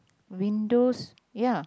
windows ya